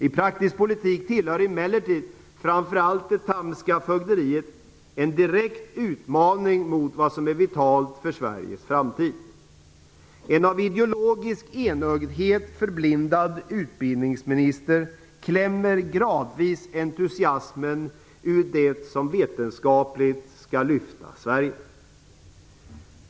I praktisk politik utgör emellertid framför allt det Thamska fögderiet en direkt utmaning mot vad som är vitalt för Sveriges framtid. En av ideologisk enögdhet förblindad utbildningsminister klämmer gradvis entusiasmen ur det som vetenskapligt skall lyfta Sverige.